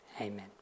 amen